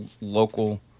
local